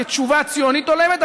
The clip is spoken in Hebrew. כתשובה ציונית הולמת,